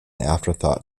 afterthought